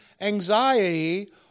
anxiety